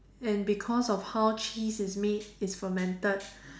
and because of how cheese is made it's fermented